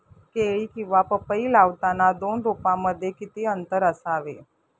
केळी किंवा पपई लावताना दोन रोपांमध्ये किती अंतर असावे?